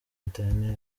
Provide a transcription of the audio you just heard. internet